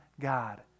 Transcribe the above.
God